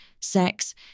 sex